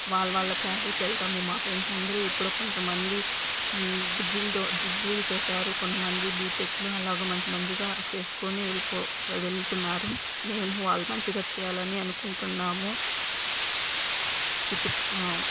వాళ్ల వాళ్ల క్లాసులకి వెళ్తాము మా ఫ్రెండ్స్ అందరూ ఇప్పుడు కొంతమంది డిగ్రీలతో డిగ్రీలు చేశారు కొంతమంది బీటెక్లు అలాగా మంచి మంచిగా చేసుకుని వెళ్ళిపో వెళ్తున్నారు మేము వాళ్ళ మంచిగా చేయాలని అనుకుంటున్నాము చుట్టూ